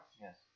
Yes